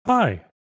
Hi